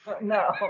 No